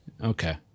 Okay